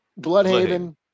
Bloodhaven